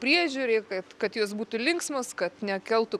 priežiūrai kad kad jos būtų linksmos kad nekeltų